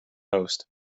most